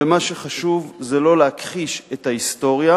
ומה שחשוב זה לא להכחיש את ההיסטוריה,